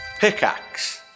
Pickaxe